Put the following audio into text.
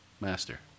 master